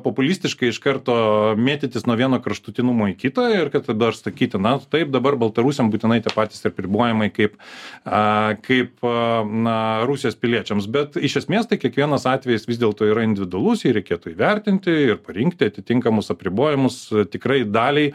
populistiškai iš karto mėtytis nuo vieno kraštutinumo į kitą ir kad data sakyti na taip dabar baltarusiams būtinai tie patys apribojimai kaip a kaip na rusijos piliečiams bet iš esmės tai kiekvienas atvejis vis dėlto yra individualus jį reikėtų įvertinti ir parinkti atitinkamus apribojimus tikrai daliai